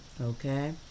okay